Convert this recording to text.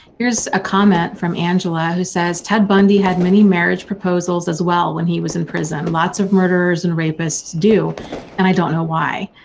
here's a comment from angela, who says ted bundy had many marriage proposals as well, when he was in prison. lots of murderers and rapists do and i don't know why.